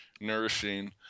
nourishing